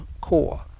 core